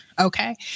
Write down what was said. Okay